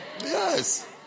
Yes